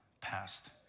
passed